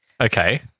Okay